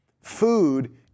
Food